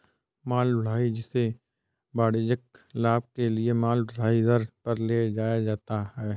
माल ढुलाई, जिसे वाणिज्यिक लाभ के लिए माल ढुलाई दर पर ले जाया जाता है